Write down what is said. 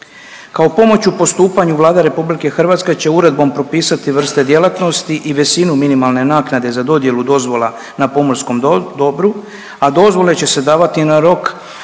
Kao pomoć u postupanju Vlada RH će uredbom propisati vrste djelatnosti i visinu minimalne naknade za dodjelu dozvola na pomorskom dobru, a dozvole će se davati na rok